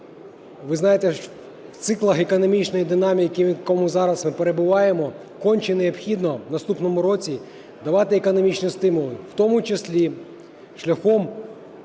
Ви знаєте, в циклах економічної динаміки, в яких зараз ми перебуваємо, конче необхідно в наступному році давати економічні стимули, в тому числі шляхом